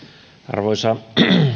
arvoisa